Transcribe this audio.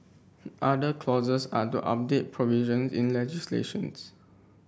other clauses are to update provisions in legislations